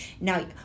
now